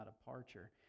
departure